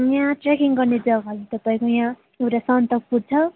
यहाँ ट्रेकिङ गर्ने जग्गाहरू त तपाईँको यहाँ एउटा सन्दकपू छ